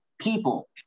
people